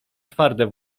twarde